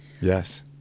yes